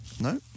No